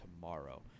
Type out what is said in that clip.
tomorrow